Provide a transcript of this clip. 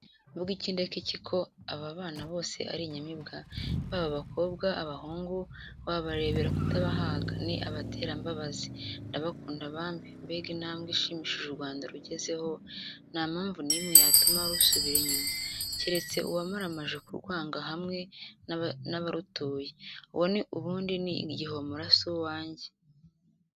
Mvuge iki ndeke iki, ko aba bana bose ari inyamibwa, baba abakobwa, abahungu, wabarebera kutabahaga, ni abaterambabazi, ndabakunda bambe! Mbega intambwe ishimishije u Rwanda rugezeho, nta mpamvu n'imwe yatuma rusubira inyuma, keretse uwamaramaje kurwanga hamwe n'abarutuye, uwo ni ubundi ni igihomora si uwanjye.